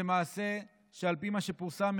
זה מעשה שעל פי מה שפורסם,